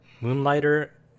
Moonlighter